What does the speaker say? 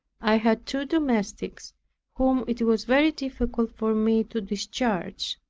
i had two domestics, whom it was very difficult for me to discharge,